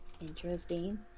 interesting